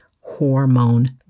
hormone